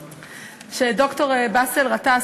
ד"ר באסל גטאס,